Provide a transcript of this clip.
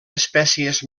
espècies